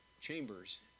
chambers